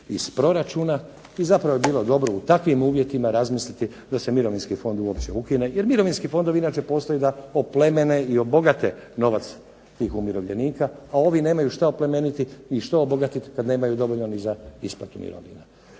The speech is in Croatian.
iz proračuna i zapravo je bilo dobro u takvim uvjetima razmisliti da se mirovinski fond uopće ukine jer mirovinski fondovi inače postoje da oplemene i obogate novac tih umirovljenika, a ovi nemaju šta oplemeniti i što obogatiti kad nemaju dovoljno ni za isplatu mirovina.